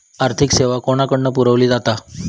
आर्थिक सेवा कोणाकडन पुरविली जाता?